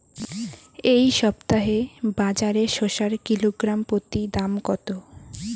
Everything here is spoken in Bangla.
এই সপ্তাহে বাজারে শসার কিলোগ্রাম প্রতি দাম কত?